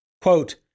Quote